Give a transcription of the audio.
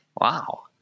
Wow